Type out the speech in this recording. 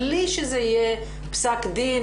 בלי שזה יהיה פסק דין,